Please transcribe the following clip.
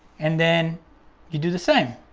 and then you do the same.